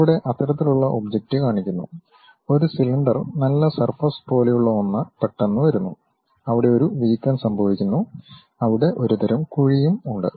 ഇവിടെ അത്തരത്തിലുള്ള ഒബ്ജക്റ്റ് കാണിക്കുന്നു ഒരു സിലിണ്ടർ നല്ല സർഫസ് പോലെയുള്ള ഒന്ന് പെട്ടെന്ന് വരുന്നു അവിടെ ഒരു വീക്കം സംഭവിക്കുന്നു അവിടെ ഒരുതരം കുഴിയും ഉണ്ട്